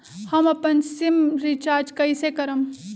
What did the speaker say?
हम अपन SIM recharge कइसे करम?